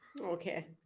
Okay